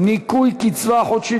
ברשות יושב-ראש הישיבה,